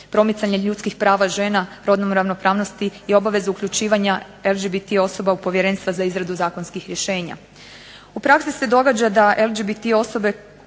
promicanja ljudskih prava žena rodnom ravnopravnosti i obavezu uključivanja LGBT osoba u povjerenstva za izradu zakonskih rješenja. U praksi se događa da LGBT osobe